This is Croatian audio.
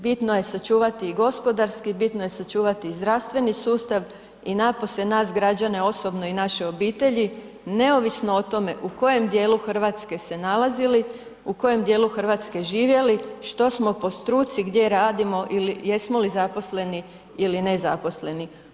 Bitno je sačuvati i gospodarski, bitno je sačuvati i zdravstveni sustav i napose nas građane osobno i naše obitelji neovisno o tome u kojem djelu Hrvatske se nalazili, u koje dijelu Hrvatske živjeli, što smo po struci, gdje radimo ili jesmo li zaposleni ili nezaposleni.